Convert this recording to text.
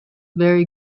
vary